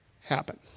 happen